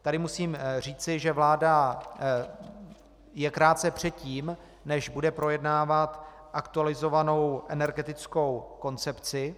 Tady musím říci, že vláda je krátce předtím, než bude projednávat aktualizovanou energetickou koncepci.